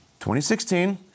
2016